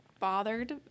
bothered